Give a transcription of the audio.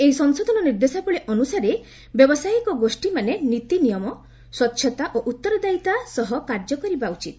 ଏହି ନିର୍ଦ୍ଦେଶାବଳୀ ଅନୁସାରେ ବ୍ୟବସାୟିକ ଗୋଷ୍ଠୀମାନେ ନୀତିନିୟମ ସ୍ୱଚ୍ଚତା ଓ ଉତ୍ତରଦାୟିତା ସହ କାର୍ଯ୍ୟ କରିବା ଉଚିତ